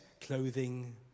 clothing